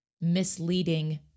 misleading